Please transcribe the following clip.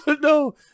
No